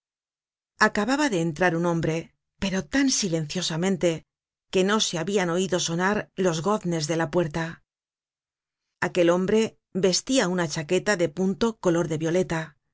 acababa de entrar un hombre pero tan silenciosamente que no se habian oido sonar los goznes de la puerta aquel hombre vestia una chaqueta de punto color de violeta